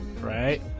right